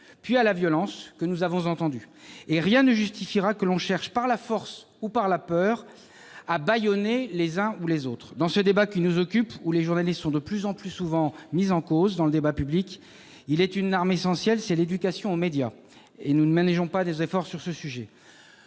puis à la violence, que nous avons entendus. Rien ne justifiera que l'on cherche, par la force ou par la peur, à bâillonner les uns ou les autres. Dans ce débat qui nous occupe, où les journalistes sont de plus en plus souvent mis en cause, il est une arme essentielle : l'éducation aux médias. Nous ne ménageons pas nos efforts en